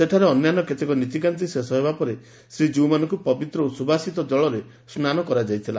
ସେଠାରେ ଅନ୍ୟାନ୍ୟ କେତେକ ନୀତିକାନ୍ତି ଶେଷ ହେବାପରେ ଶ୍ରୀଜୀଉମାନଙ୍କୁ ପବିତ୍ର ଓ ସୁବାସିତ ଜଳରେ ସ୍ନାନ କରାଯାଇଥିଲା